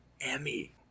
Emmy